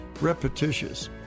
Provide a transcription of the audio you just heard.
repetitious